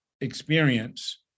experience